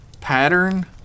pattern